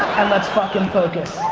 and let's fuckin' focus.